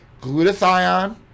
glutathione